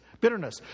Bitterness